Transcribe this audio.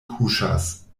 kuŝas